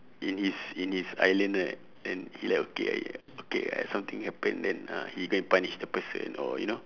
in his in his island right then he like okay ah okay ah have something happen then ah he go and punish the person or you know